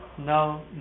no